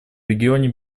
регионе